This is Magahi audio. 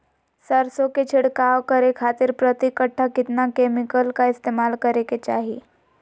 सरसों के छिड़काव करे खातिर प्रति कट्ठा कितना केमिकल का इस्तेमाल करे के चाही?